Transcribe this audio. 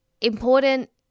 important